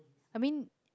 I mean